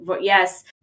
yes